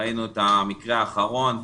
ראינו את המקרה האחרון,